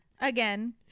Again